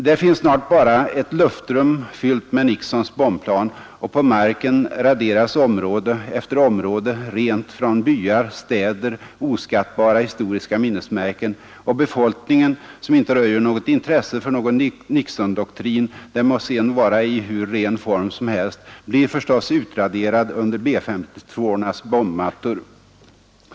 Där finns snart bara ett luftrum fyllt med Nixons bombplan, på marken raderas område efter område rent från byar, städer och oskattbara historiska minnesmärken, och befolkningen som inte röjer något intresse för någon Nixondoktrin, den må sedan vara i hur ren form som helst, blir förstås utraderad under B-52:ornas bombmattor.